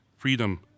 Freedom